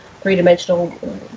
three-dimensional